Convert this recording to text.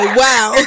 wow